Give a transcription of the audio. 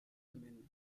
semaines